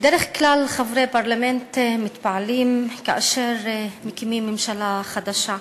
בדרך כלל חברי פרלמנט מתפעלים כאשר מקימים ממשלה חדשה,